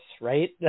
right